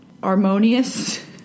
Harmonious